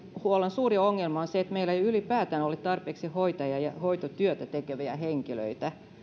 suuri ongelma on se että meillä ei ylipäätään ole tarpeeksi hoitajia ja hoitotyötä tekeviä henkilöitä